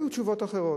היו תשובות אחרות.